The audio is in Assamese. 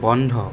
বন্ধ